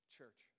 Church